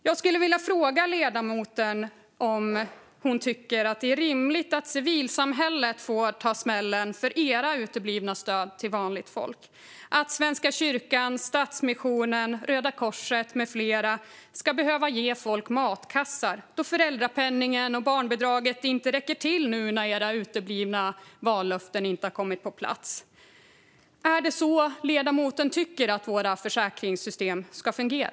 Jag skulle vilja fråga ledamoten om hon tycker att det är rimligt att civilsamhället får ta smällen för era uteblivna stöd till vanligt folk, att Svenska kyrkan, Stadsmissionen, Röda Korset med flera ska behöva ge folk matkassar då föräldrapenningen och barnbidraget inte räcker till nu när era vallöften har uteblivit och inte kommit på plats. Är det så ledamoten tycker att våra försäkringssystem ska fungera?